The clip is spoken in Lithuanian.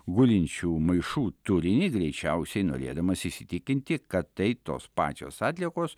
gulinčių maišų turinį greičiausiai norėdamas įsitikinti kad tai tos pačios atliekos